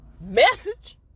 Message